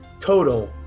total